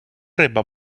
риба